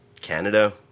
Canada